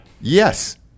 Yes